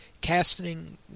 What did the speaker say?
casting